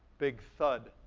big thud,